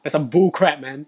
that's a bull crap man